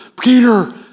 Peter